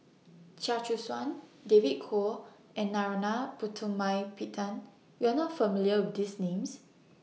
Chia Choo Suan David Kwo and Narana Putumaippittan YOU Are not familiar with These Names